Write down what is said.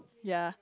ya